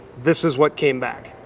this is what came back?